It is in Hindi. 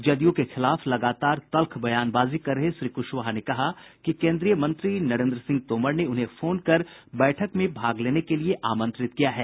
जदयू के खिलाफ लगातार तल्ख बयानबाजी कर रहे श्री कुशवाहा ने कहा कि कोन्द्रीय मंत्री नरेन्द्र सिंह तोमर ने उन्हें फोन कर बैठक में भाग लेने के लिए आमंत्रित किया है